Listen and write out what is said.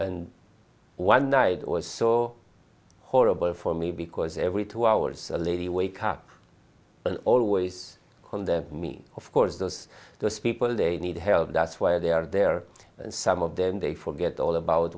and one night or saw horrible for me because every two hours a lady wake up and always on the mean of course there's those people they need help that's where they are there and some of them they forget all about